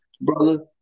Brother